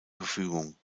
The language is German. verfügung